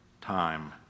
time